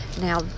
Now